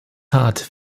hart